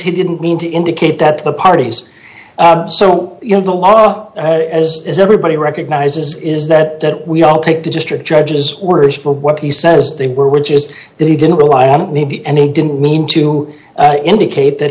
he didn't mean to indicate that the parties so you know the law as is everybody recognizes is that we all take the district judges words for what he says they were which is that he didn't rely on it maybe and he didn't mean to indicate that